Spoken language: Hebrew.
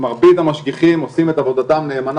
מרבית המשגיחים עושים את עבודתם נאמנה,